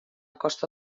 costa